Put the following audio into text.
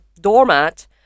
doormat